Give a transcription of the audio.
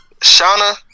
Shauna